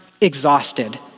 exhausted